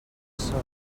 són